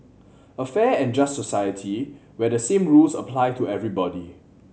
a fair and just society where the same rules apply to everybody